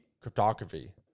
cryptography